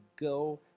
go